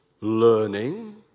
learning